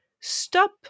Stop